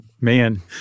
Man